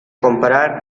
comprar